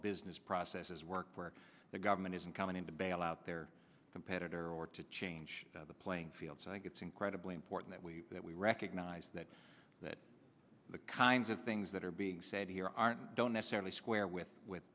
business processes work where the government isn't coming in to bail out their competitor or to change the playing field so i think it's incredibly important that we that we recognize that that the kinds of things that are being said here aren't don't necessarily square with with